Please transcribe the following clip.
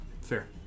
Fair